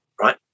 right